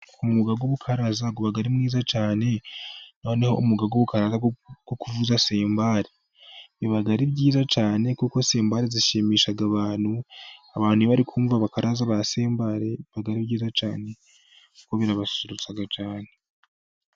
Umwuga wo gukaraza uba ari mwiza cyane, noneho umwuga wo ukaraga, wo kuvuza sembari biba ari byiza cyane, kuko sembare zishimisha abantu, abantu bari kumva abakaraza basembare biba ari byiza cyane kuko birabasurutsa cyane.